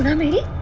meet